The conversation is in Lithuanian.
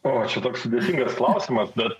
o čia toks sudėtingas klausimas bet